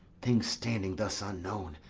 things standing thus unknown,